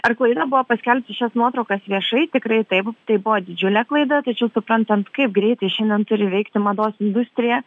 ar klaida buvo paskelbti šias nuotraukas viešai tikrai taip tai buvo didžiulė klaida tačiau suprantant kaip greitai šiandien turi veikti mados industrija